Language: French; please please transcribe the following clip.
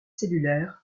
cellulaires